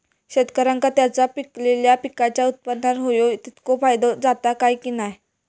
शेतकऱ्यांका त्यांचा पिकयलेल्या पीकांच्या उत्पन्नार होयो तितको फायदो जाता काय की नाय?